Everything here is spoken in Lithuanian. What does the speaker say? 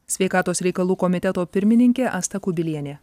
sveikatos reikalų komiteto pirmininkė asta kubilienė